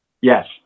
yes